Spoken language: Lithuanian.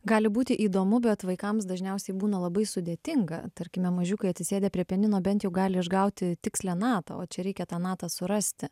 gali būti įdomu bet vaikams dažniausiai būna labai sudėtinga tarkime mažiukai atsisėdę prie pianino bent jau gali išgauti tikslią natą o čia reikia tą natą surasti